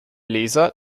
leser